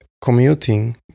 commuting